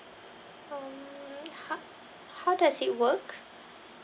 um ha~ how does it work